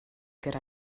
good